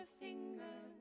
finger